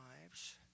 lives